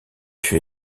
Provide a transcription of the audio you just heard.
fut